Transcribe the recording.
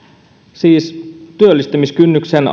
siis työllistämiskynnyksen